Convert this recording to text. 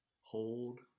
Hold